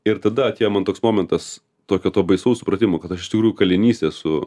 ir tada atėjo man toks momentas tokio to baisaus supratimo kad aš iš tikrųjų kalinys esu